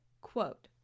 Quote